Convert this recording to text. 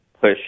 push